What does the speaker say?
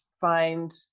find